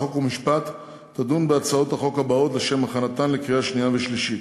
חוק ומשפט תדון בהצעות החוק הבאות לשם הכנתן לקריאה שנייה ושלישית: